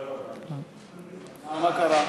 לא, לא, לא.